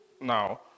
now